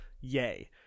Yay